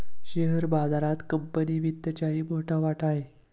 share बाजारात company वित्तचाही मोठा वाटा आहे